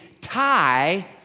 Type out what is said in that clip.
tie